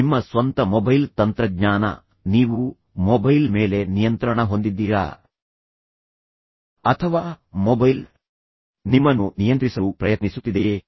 ನಿಮ್ಮ ಸ್ವಂತ ಮೊಬೈಲ್ ತಂತ್ರಜ್ಞಾನ ನೀವು ಮೊಬೈಲ್ ಮೇಲೆ ನಿಯಂತ್ರಣ ಹೊಂದಿದ್ದೀರಾ ಅಥವಾ ಮೊಬೈಲ್ ನಿಮ್ಮನ್ನು ನಿಯಂತ್ರಿಸಲು ಪ್ರಯತ್ನಿಸುತ್ತಿದೆಯೇ